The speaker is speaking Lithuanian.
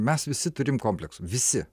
mes visi turim komplektų visi